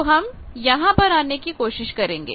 तो हम यहां पर आने की कोशिश करेंगे